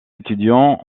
étudiants